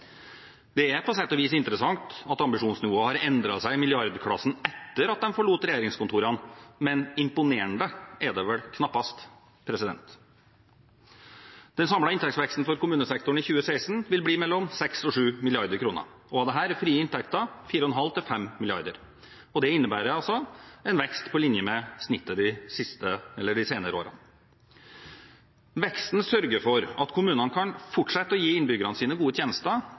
Det er på sett og vis interessant at ambisjonsnivået har endret seg i milliardklassen etter at de forlot regjeringskontorene, men imponerende er det vel knappast. Den samlede inntektsveksten for kommunesektoren i 2016 vil bli på mellom 6 og 7 mrd. kr, av dette er frie inntekter 4,5 til 5 mrd. kr. Det innebærer en vekst på linje med snittet de senere årene. Veksten sørger for at kommunene kan fortsette å gi innbyggerne sine gode tjenester